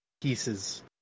pieces